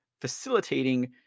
facilitating